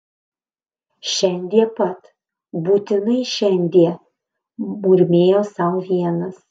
šiandie pat būtinai šiandie murmėjo sau vienas